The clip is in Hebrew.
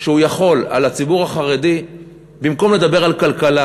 שהוא יכול על הציבור החרדי במקום לדבר על כלכלה,